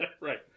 right